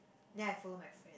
then I follow my friend